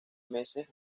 meses